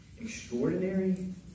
extraordinary